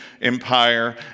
empire